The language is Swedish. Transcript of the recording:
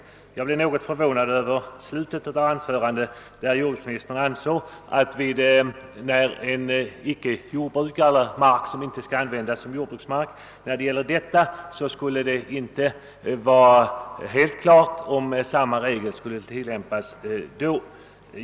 Däremot blev jag något förvånad över slutet av hans anförande, där han gjorde gällande att det i fråga om mark som icke skall användas som jordbruksmark inte skulle vara helt klart om samma regel borde tillämpas.